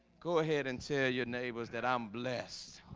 go ahead and tell your neighbors that i'm blessed